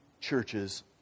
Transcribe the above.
churches